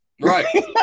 Right